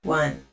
one